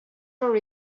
your